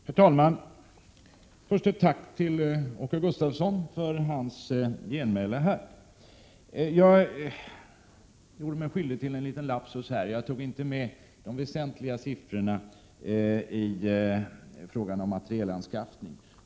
Herr talman! Först ett tack till Åke Gustavsson för hans genmäle. Jag gjorde mig skyldig till en liten lapsus — jag tog inte med de väsentliga siffrorna i fråga om materielanskaffningen.